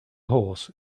horse